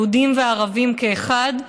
יהודים וערבים כאחד,